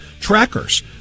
trackers